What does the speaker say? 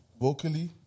Vocally